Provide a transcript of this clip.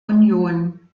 union